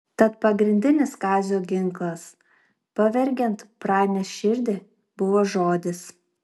tad pagrindinis kazio ginklas pavergiant pranės širdį buvo žodis